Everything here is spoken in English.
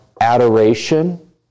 adoration